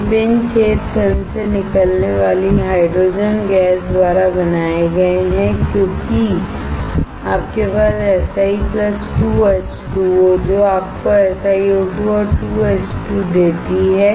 ये पिन छेद फिल्म से निकलने वाली हाइड्रोजन गैस द्वारा बनाए गए हैं क्योंकि आपके पास Si 2H2O जो आपको SiO2 और2H2 देती है